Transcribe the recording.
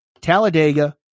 Talladega